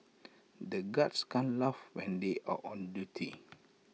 the guards can't laugh when they are on duty